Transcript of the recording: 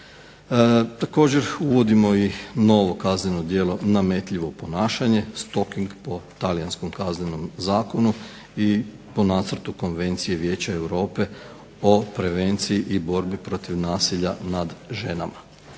Također, uvodimo i novo kazneno djelo nametljivo ponašanje, stalking po talijanskom kaznenom zakonu i po nacrtu Konvencije Vijeća Europe o prevenciji i borbi protiv nasilja nad ženama.